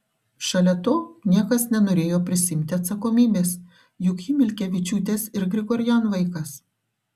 šalia to niekas nenorėjo prisiimti atsakomybės juk ji milkevičiūtės ir grigorian vaikas